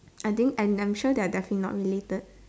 I think and I'm sure that their definitely not related